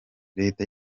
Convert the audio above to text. leta